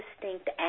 distinct